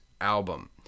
album